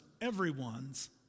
everyone's